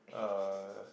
uh